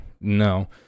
No